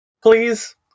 please